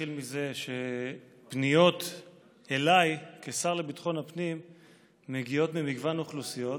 נתחיל מזה שפניות אליי כשר לביטחון הפנים מגיעות ממגוון אוכלוסיות,